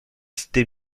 cités